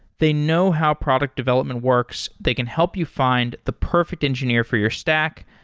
they know how product development works. they can help you find the perfect engineer for your stack,